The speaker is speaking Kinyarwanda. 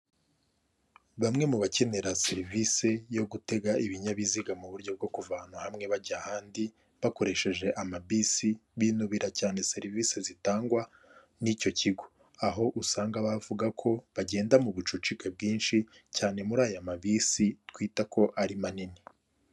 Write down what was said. Bamwe mu bakenera serivisi yo gutega ibinyabiziga mu buryo bwo kuvana hamwe bajya ahandi bakoresheje amabisi binubira cyane serivisi zitangwa n'icyo kigo, aho usanga bavuga ko bagenda mu bucucike bwinshi cyane muri aya ma bisi twita ko ari manini.